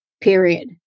period